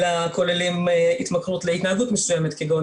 אלא כוללים התמכרות להתנהגות מסוימת כגון,